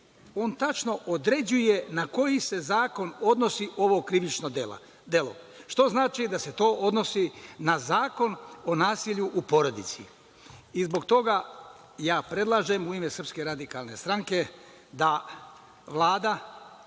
on tačno određuje na koji se zakon odnosi ovo krivino delo. Što znači da se to odnosi na Zakon o nasilju u porodici. Zbog toga ja predlažem u ime SRS da Vlada